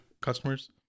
customers